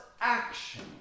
action